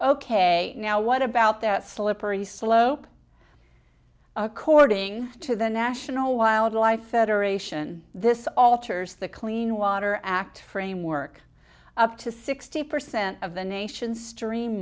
ok now what about that slippery slope according to the national wildlife federation this alters the clean water act framework up to sixty percent of the nation's stream